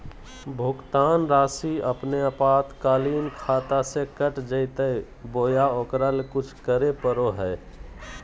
भुक्तान रासि अपने आपातकालीन खाता से कट जैतैय बोया ओकरा ले कुछ करे परो है?